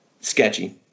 Sketchy